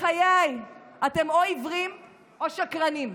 בחיי, אתם או עיוורים או שקרנים,